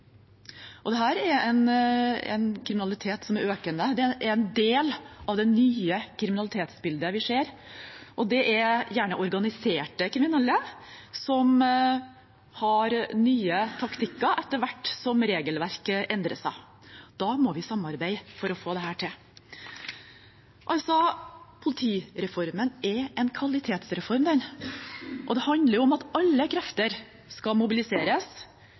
er en del av det nye kriminalitetsbildet vi ser, og det er gjerne organiserte kriminelle, som har nye taktikker etter hvert som regelverket endrer seg. Da må vi samarbeide for å få dette til. Politireformen er altså en kvalitetsreform, og det handler om at alle krefter skal mobiliseres.